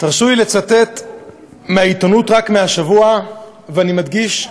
תרשו לי לצטט מהעיתונות רק מהשבוע, ואני מדגיש,